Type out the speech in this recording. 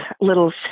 little